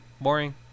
Boring